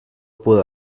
puedo